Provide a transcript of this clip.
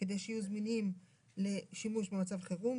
כדי שיהיו זמינים לשימוש במצב חירום.